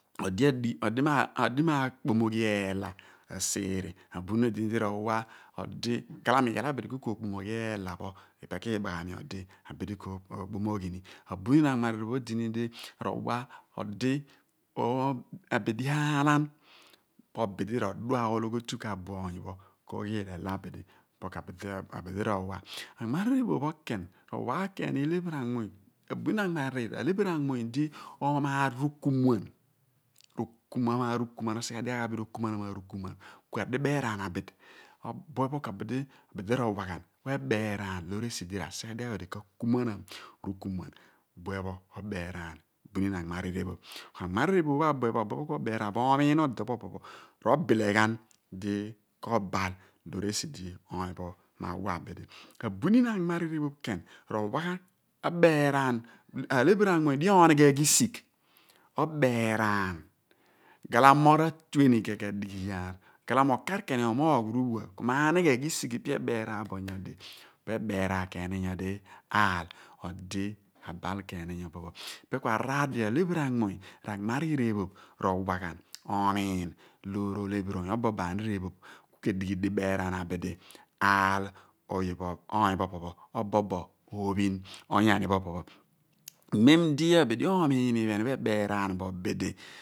Odi m'aakpomoghi eela abuniim odi di rowa odi ghalamo ken ookpomoghi eela pho, ipe ken kiibaghami abidi. abuniin anmariir ephogh odin di r'owa ghan odi puruku abidi ạạlan po abidi r'odua ologhitu k'abuo oony pho k'oghi orugh ela abidi l. ipe ku edi bidi ro wa ghan abaniin anmami ephoph ro wa ghan olephiri oony lo amaar rukumuan, osigh adighaagh anidi okumuanam aru kuman adibeeraan abidi ro wa ghan nyopo ka sighe bo dighaagh odi ku akumuanaam bo awe di ro kumuan ghan rukumuan obeeraan buniin anmariir ephoph. abuniin abuen pho abuen pho ku obeeraan bo ku omiin oda pho opo pho ro/bile ghan di ko/ bal loor esi di oony pho m'awa bidi abuniiṅ anmariir ephoph pho ken ro wa ghan lephiri anmuny di onighe ghisigh obeeraan ghalamo ra/tue ni ken kedighi iyaar obobo okar ken omoogh ruuphua ku m'anighe risigh ipe ebeeraan bo nyodi pa abeeraan ni ken nyodi aal, odi ka bal kan ni nyopi pho. iiphen ku araar di alephiri anmuny ri ammariir ephoph rowa ghan oniin loor abidi ku k'edighi dibeeraan abidi aalan mem lo abidi amiin iiphen pho ebeeraan bo bidi